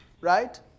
Right